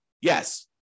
Yes